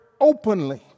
openly